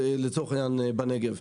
לצורך העניין בנגב.